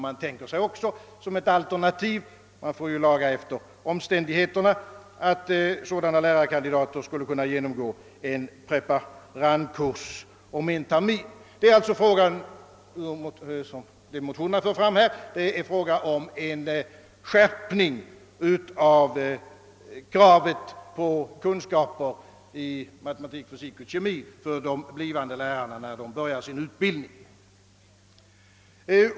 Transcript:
Man tänker sig också som ett alternativ — man får laga efter omständigheterna — att sådana lärarkandidater skulle kunna genomgå en preparandkurs om en termin. Motionerna för alltså fram önskemålet om en skärpning av kravet på kunskaper i matematik, fysik och kemi för de blivande lärarna när de börjar sin utbildning.